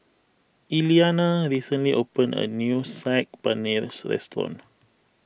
Iliana recently opened a new Saag Paneer restaurant